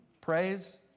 Praise